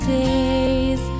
days